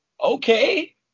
Okay